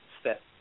step